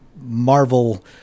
Marvel